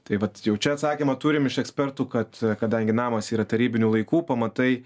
tai vat jau čia atsakymą turim iš ekspertų kad kadangi namas yra tarybinių laikų pamatai